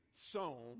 sown